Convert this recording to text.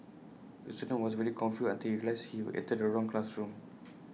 the student was very confused until he realised he entered the wrong classroom